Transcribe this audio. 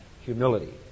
Humility